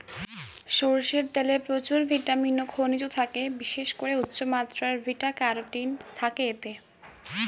সরষের তেলে প্রচুর ভিটামিন ও খনিজ থাকে, বিশেষ করে উচ্চমাত্রার বিটা ক্যারোটিন থাকে এতে